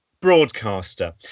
broadcaster